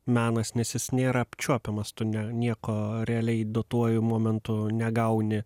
menas nes jis nėra apčiuopiamas tu ne nieko realiai duotuoju momentu negauni